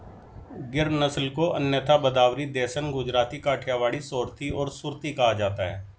गिर नस्ल को अन्यथा भदावरी, देसन, गुजराती, काठियावाड़ी, सोरथी और सुरती कहा जाता है